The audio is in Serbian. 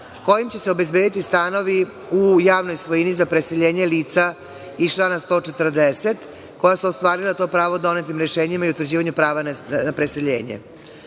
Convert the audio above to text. kojim će se obezbediti stanovi u javnoj svojini za preseljenje lica iz člana 140. koja su ostvarila to pravo donetim rešenjima i utvrđivanju prava na preseljenje. Razumem